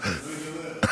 זה לא ייגמר.